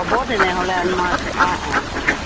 হ'ব তেনেহ'লে মই অঁ অঁ হ'ব